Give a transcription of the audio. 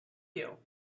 you